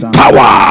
power